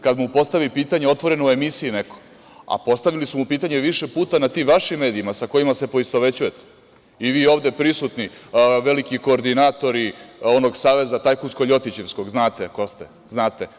Kad mu postavi pitanje otvoreno u emisiji neko, a postavili su mu pitanje više puta na tim vašim medijima sa kojima se poistovećujete i vi ovde prisutni, veliki koordinatori onog saveza tajkunskog, ljotićevskog, znate ko ste, znate.